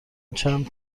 چند